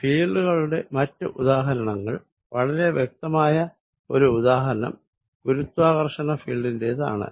field കളുടെ മറ്റ് ഉദാഹരണങ്ങൾ വളരെ വ്യക്തമായ ഒരു ഉദാഹരണം ഗുരുത്വആകർഷണ ഫീൽഡിന്റേത് ആണ്